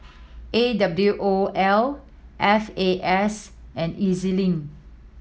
A W O L F A S and E Z Link